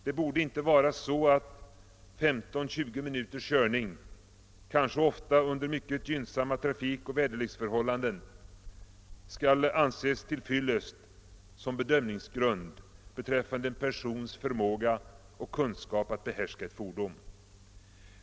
Det borde inte vara så att 15 å 20 minuters körning — ofta kanske under mycket gynnsamma trafikoch väderleksförhållanden — skall anses till fyllest som bedömningsgrund beträffande en persons förmåga och kunskap att behärska ett fordon.